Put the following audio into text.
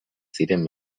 ziren